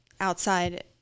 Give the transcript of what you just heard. outside